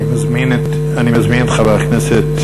אני מזמין את חבר הכנסת